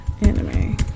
Anime